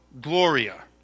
Gloria